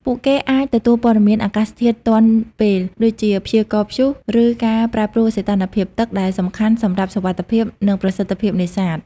ពួកគេអាចទទួលព័ត៌មានអាកាសធាតុទាន់ពេល ដូចជាព្យាករណ៍ព្យុះ ឬការប្រែប្រួលសីតុណ្ហភាពទឹក ដែលសំខាន់សម្រាប់សុវត្ថិភាព និងប្រសិទ្ធភាពនេសាទ។